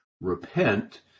repent